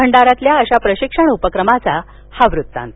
भंडाऱ्यातील अशा प्रशिक्षण उपक्रमाचा हा वृत्तांत